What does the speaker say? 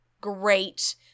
great